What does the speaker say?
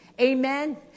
Amen